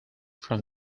from